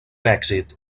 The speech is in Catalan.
èxit